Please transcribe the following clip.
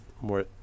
more